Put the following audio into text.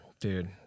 dude